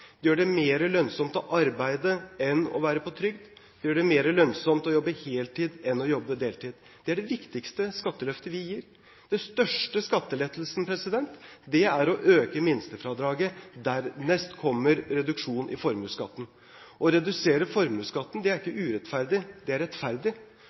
Det gjør det mer lønnsomt å arbeide enn å være på trygd. Det gjør det mer lønnsomt å jobbe heltid enn å jobbe deltid. Det er det viktigste skatteløftet vi gir. Den største skattelettelsen er å øke minstefradraget, dernest kommer reduksjon i formuesskatten. Å redusere formuesskatten er ikke urettferdig, det er